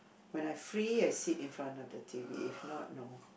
when I free I sit in front of the t_v if not no